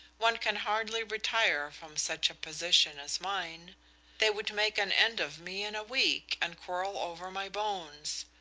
one can hardly retire from such a position as mine they would make an end of me in a week and quarrel over my bones.